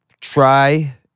try